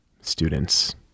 student's